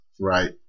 Right